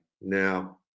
Now